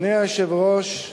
אדוני היושב-ראש,